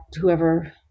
whoever